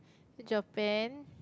Japan